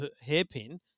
hairpin